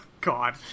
God